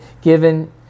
given